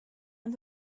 and